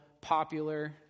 popular